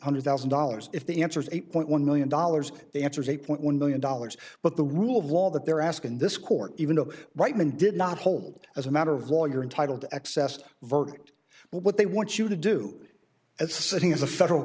hundred thousand dollars if the answer is eight point one million dollars the answer is eight point one million dollars but the rule of law that they're asking this court even though reitman did not hold as a matter of law you're entitled to access to vote but what they want you to do as a sitting is a federal